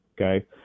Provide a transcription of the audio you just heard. okay